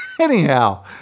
anyhow